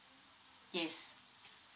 yes